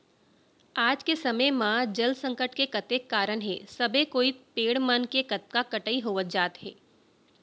आज के समे म जल संकट के कतेक कारन हे सबे कोइत पेड़ मन के कतका कटई होवत जात हे